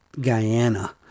Guyana